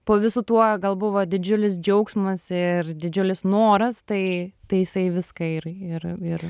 po visu tuo gal buvo didžiulis džiaugsmas ir didžiulis noras tai tai jisai viską ir ir ir